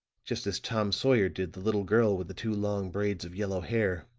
just as tom sawyer did the little girl with the two long braids of yellow hair